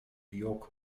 york